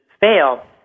fail